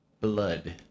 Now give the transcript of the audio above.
blood